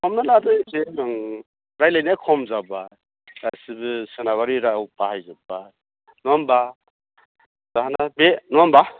हमनानै लादो जे रायलायनाय खम जाबा गासिबो सोनाबआरि राव बाहायबा नङा होम्बा जाहोना बे नङा होम्बा